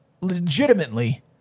legitimately